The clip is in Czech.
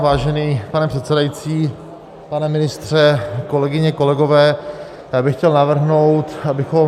Vážený pane předsedající, pane ministře, kolegyně, kolegové, já bych chtěl navrhnout, abychom